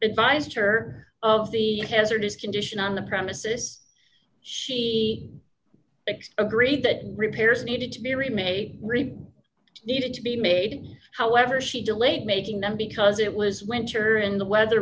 advised her of the hazardous condition on the premises she fixed agree that repairs needed to be remade needed to be made however she delayed making them because it was winter and the weather